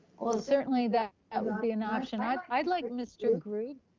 well certainly that would be an option. i'd i'd like mr. grube